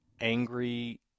angry